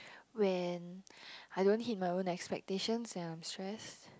when I don't hit my own expectations when I'm stressed